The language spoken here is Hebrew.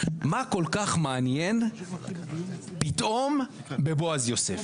מה כל כך מעניין פתאום בבועז יוסף?